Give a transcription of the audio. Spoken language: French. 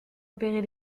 opérer